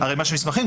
ערימה של מסמכים.